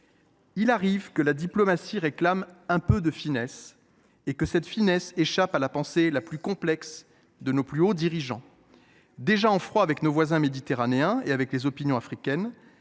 Il arrive que la diplomatie réclame un peu de finesse, et que cette finesse échappe à la pensée la plus complexe de nos plus hauts dirigeants. Déjà en froid avec nos voisins méditerranéens et avec les opinions africaines,